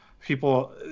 people